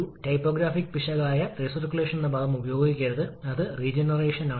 തുടർന്ന് വർക്ക് അനുപാതം back work അനുപാതം വർദ്ധിപ്പിക്കുകയും കുറയുകയും ചെയ്യുന്നു